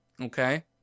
Okay